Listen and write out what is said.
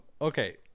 okay